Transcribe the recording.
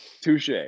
touche